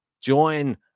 join